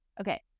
Okay